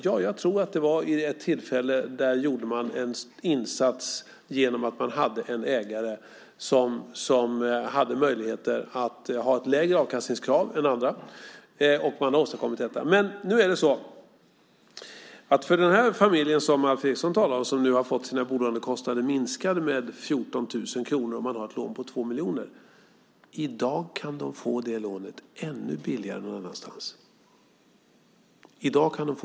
Ja, jag tror att man vid detta tillfälle gjorde en insats genom att man hade en ägare som hade möjligheter att ha ett lägre avkastningskrav än andra. Den familj som Alf Eriksson talar om har fått sina bolånekostnader minskade med 14 000 kronor, om man har ett lån på 2 miljoner. I dag kan den familjen få det lånet ännu billigare någon annanstans.